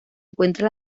encuentran